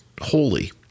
holy